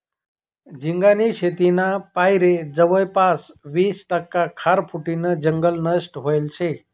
झिंगानी शेतीना पायरे जवयपास वीस टक्का खारफुटीनं जंगल नष्ट व्हयेल शे